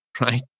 right